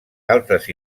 altres